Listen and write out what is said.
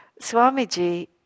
Swamiji